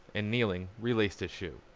and kneeling relaced his shoe.